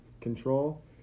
control